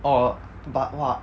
orh but !wah!